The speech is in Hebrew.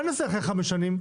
מה הוא יעשה אחרי חמש שנים?